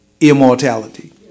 immortality